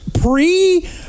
pre